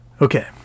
Okay